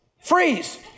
freeze